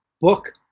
book